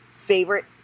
Favorite